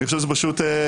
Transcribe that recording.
אני חושב שזו פשוט אשליה.